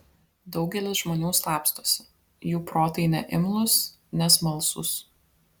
daugelis žmonių slapstosi jų protai neimlūs nesmalsūs